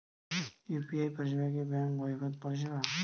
UPI পরিসেবা কি bank বর্হিভুত পরিসেবা?